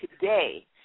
today